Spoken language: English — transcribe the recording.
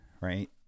Right